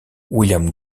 william